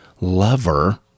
lover